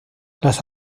las